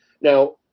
Now